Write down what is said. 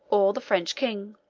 or the french king.